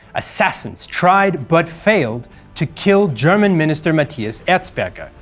assassins tried but failed to kill german minister matthias erzberger,